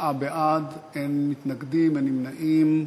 תשעה בעד, אין מתנגדים, אין נמנעים.